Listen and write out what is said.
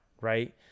right